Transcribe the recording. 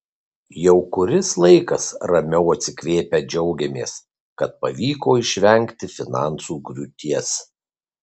jau kuris laikas ramiau atsikvėpę džiaugiamės kad pavyko išvengti finansų griūties